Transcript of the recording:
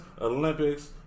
Olympics